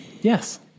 Yes